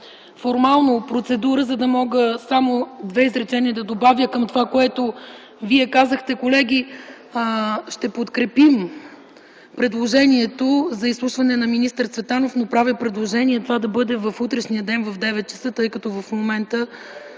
формално процедура, за да мога само две изречение да добавя към това, което Вие казахте. Колеги, ще подкрепим предложението за изслушване на министър Цветанов, но правя предложение това да бъде в утрешния ден, в 9,00 ч., тъй като в момента